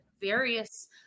various